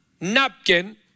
napkin